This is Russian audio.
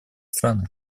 страны